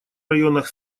районах